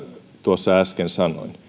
äsken sanoin eli